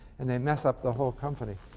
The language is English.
and they mess up the whole company.